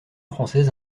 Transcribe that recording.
française